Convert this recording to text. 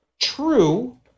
True